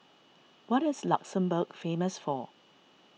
what is Luxembourg famous for